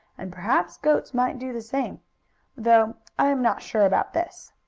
and perhaps goats might do the same though i am not sure about this.